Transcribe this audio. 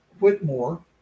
Whitmore